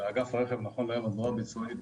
הזרוע הביצועית